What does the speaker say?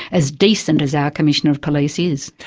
as decent as our commissioner of police is.